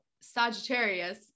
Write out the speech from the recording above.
Sagittarius